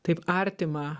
taip artima